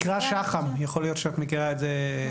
נקרא שח"מ, יכול להיות שאת מכירה את זה.